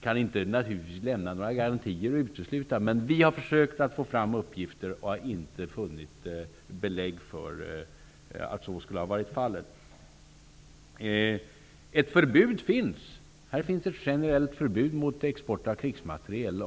kan naturligtvis inte lämna några garantier eller utesluta det, men vi har försökt att få fram uppgifter och inte funnit belägg för att så skulle ha varit fallet. Det finns ett förbud. Det råder generellt förbud mot export av krigsmateriel.